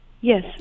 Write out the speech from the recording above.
yes